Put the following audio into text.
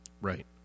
Right